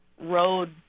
road